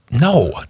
no